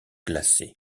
glacée